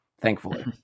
Thankfully